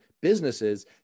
businesses